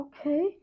Okay